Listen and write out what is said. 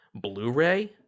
Blu-ray